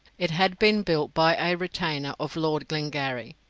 it had been built by a retainer of lord glengarry,